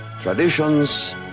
Traditions